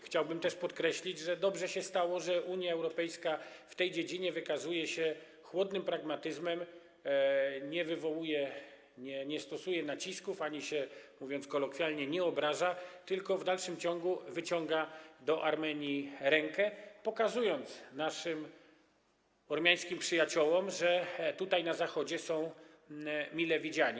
Chciałbym też podkreślić, że dobrze się stało, że Unia Europejska w tej dziedzinie wykazuje się chłodnym pragmatyzmem, nie stosuje nacisków ani się, mówiąc kolokwialnie, nie obraża, tylko w dalszym ciągu wyciąga do Armenii rękę, pokazując naszym ormiańskim przyjaciołom, że tutaj, na Zachodzie, są oni mile widziani.